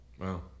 Wow